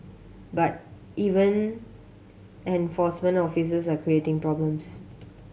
but even enforcement officers are creating problems